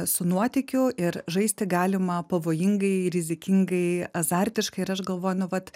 su nuotykiu ir žaisti galima pavojingai rizikingai azartiškai ir aš galvoju nu vat